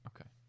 Okay